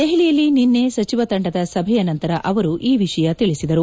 ದೆಹಲಿಯಲ್ಲಿ ನಿನ್ನೆ ಸಚಿವರ ತಂಡದ ಸಭೆಯ ನಂತರ ಅವರು ಈ ವಿಷಯ ತಿಳಿಸಿದರು